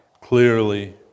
Clearly